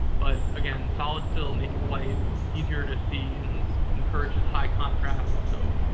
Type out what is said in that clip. but again, solid fill, make it white, easier to see and encourages high contrast. so,